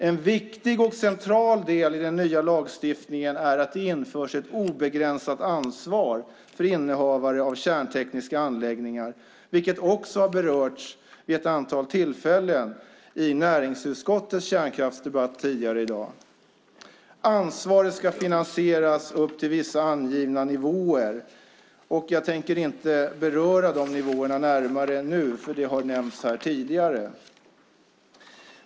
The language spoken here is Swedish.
En viktig och central del i den nya lagstiftningen är att det införs ett obegränsat ansvar för innehavare av kärntekniska anläggningar, vilket också har berörts vid ett antal tillfällen i näringsutskottets kärnkraftsdebatt tidigare i dag. Ansvaret ska finansieras upp till vissa angivna nivåer, och jag tänker inte beröra dessa nivåer närmare nu eftersom det har nämnts här tidigare.